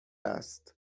است